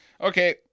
Okay